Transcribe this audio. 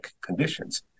conditions